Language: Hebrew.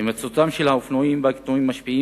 הימצאותם של האופנועים והקטנועים משפיעה